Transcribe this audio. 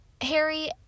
Harry